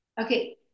Okay